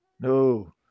No